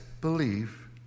believe